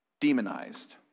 demonized